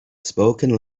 spoken